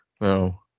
No